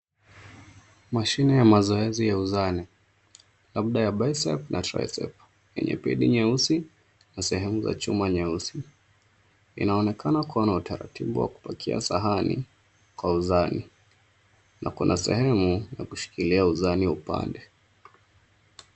Mshine ya zoezi ya uzane, labda bicep na triceps enye pinde nyeusi na sehemu za chuma nyeusi, inaonekana kuwa na utaratibu wa kupakia sahani kwa uzani na kuna sehemu ya kushikilia uzani upande.